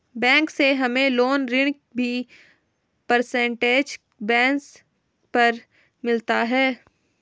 bank से हमे loan ऋण भी परसेंटेज बेस पर मिलता है